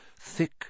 Thick